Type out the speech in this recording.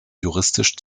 juristisch